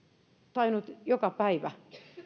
tainnut joka päivä